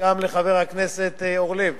וגם לחבר הכנסת אורלב